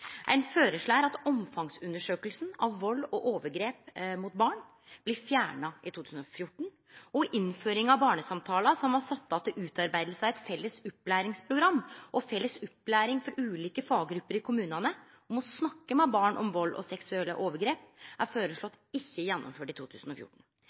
Ein føreslår at omfangsundersøkinga av vald og overgrep mot barn blir fjerna i 2014, og innføring av «Barnesamtalen», som var sett av til utarbeiding av eit felles opplæringsprogram og felles opplæring til ulike faggrupper i kommunane om å snakke med barn om vald og seksuelle overgrep, er